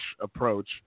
approach